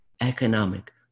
economic